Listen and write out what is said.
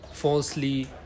Falsely